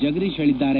ಜಗದೀಶ್ ಹೇಳಿದ್ದಾರೆ